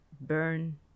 burn